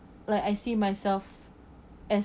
like I see myself as